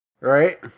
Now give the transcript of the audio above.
Right